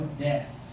death